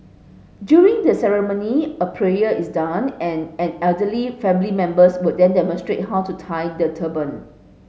during the ceremony a prayer is done and an elderly family members would then demonstrate how to tie the turban